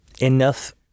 enough